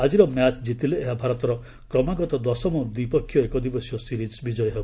ଆକିର ମ୍ୟାଚ୍ କିତିଲେ ଏହା ଭାରତର କ୍ରମାଗତ ଦଶମ ଦ୍ୱିପକ୍ଷୀୟ ଏକଦିବସୀୟ ସିରିଜ୍ ବିଜୟ ହେବ